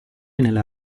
nella